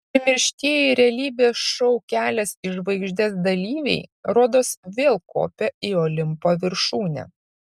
primirštieji realybės šou kelias į žvaigždes dalyviai rodos vėl kopia į olimpo viršūnę